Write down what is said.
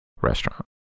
restaurant